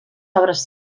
obres